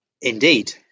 Indeed